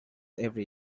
every